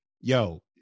yo